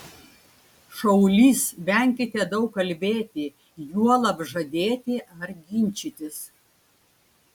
šaulys venkite daug kalbėti juolab žadėti ar ginčytis